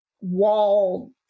wall